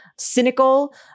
cynical